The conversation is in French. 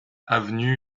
avenue